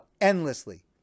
endlessly